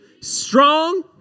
strong